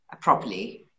properly